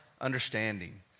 understanding